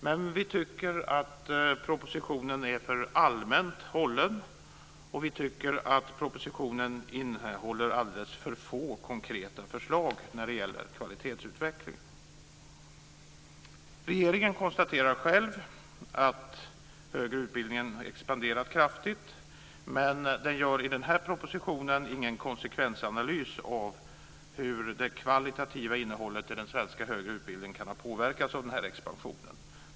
Men vi tycker att propositionen är för allmänt hållen och att den innehåller alldeles för få konkreta förslag när det gäller kvalitetsutveckling. Regeringen konstaterar att den högre utbildningen expanderar kraftigt, men gör i den här propositionen ingen konsekvensanalys av hur det kvalitativa innehållet i den svenska högre utbildningen kan ha påverkats av denna expansion.